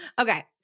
Okay